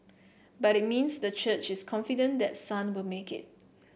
but it means the church is confident that Sun will make it